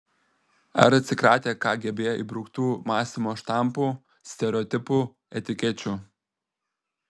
ar atsikratę kgb įbruktų mąstymo štampų stereotipų etikečių